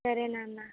సరే నాన్న